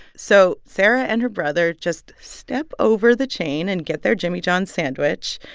so sarah and her brother just step over the chain and get their jimmy john's sandwich.